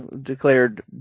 declared